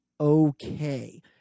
okay